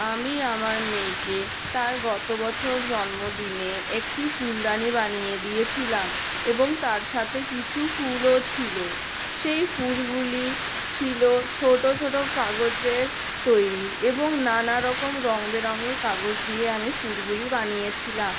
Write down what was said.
আমি আমার মেয়েকে তার গত বছর জন্মদিনে একটি ফুলদানি বানিয়ে দিয়েছিলাম এবং তার সাথে কিছু ফুলও ছিল সেই ফুলগুলি ছিল ছোটো ছোটো কাগজের তৈরি এবং নানা রকম রঙ বেরঙ্গের কাগজ দিয়ে আমি ফুলগুলি বানিয়েছিলাম